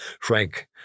Frank